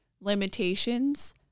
limitations